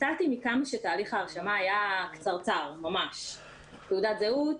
הופתעתי מכמה שתהליך ההרשמה היה קצרצר: תעודת זהות,